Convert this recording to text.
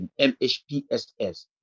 MHPSS